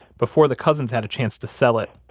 before the cousins had a chance to sell it,